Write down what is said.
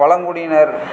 பழங்குடியினர்